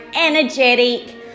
energetic